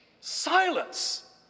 silence